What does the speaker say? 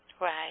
Right